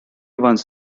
ones